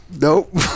Nope